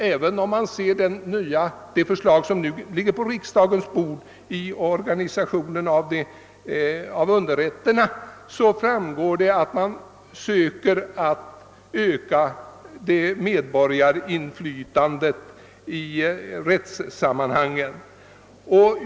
Även när det gäller det förslag rörande underrätterna som riksdagen har på sitt bord är det fråga om att öka medborgarinflytandet i rättssammanhang.